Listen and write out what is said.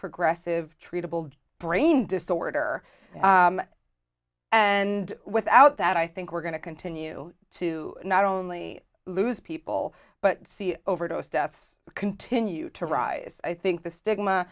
progressive treatable brain disorder and without that i think we're going to continue to not only lose people but see overdose deaths continue to rise i think the stigma